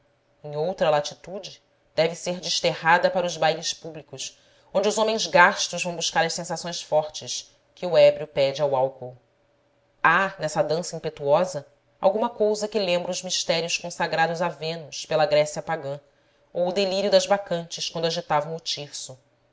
em outra latitude deve ser desterrada para os bailes públicos onde os homens gastos vão buscar as sensações fortes que o ébrio pede ao álcool há nessa dança impetuosa alguma cousa que lembra os mistérios consagrados a vênus pela grécia pagã ou o delírio das bacantes quando agitavam o tirso